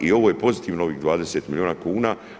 I ovo je pozitivno ovih 20 milijuna kuna.